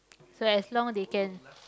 so as long they can